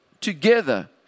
together